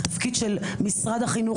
התפקיד של משרד החינוך,